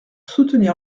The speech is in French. soutenir